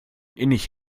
innig